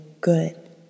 good